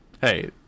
hey